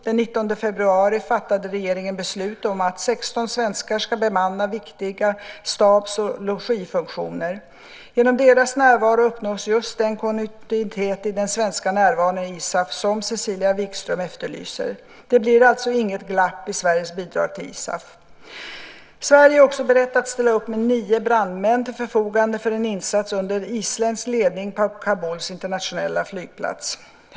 Den 19 februari fattade regeringen beslut om att 16 svenskar ska bemanna viktiga stabs och logistikfunktioner. Genom deras närvaro uppnås just den kontinuitet i den svenska närvaron i ISAF som Cecilia Wigström efterlyser. Det blir alltså inget glapp i Sveriges bidrag till ISAF. Sverige är också berett att ställa upp med nio brandmän till förfogande för en insats under isländsk ledning på Kabuls internationella flygplats.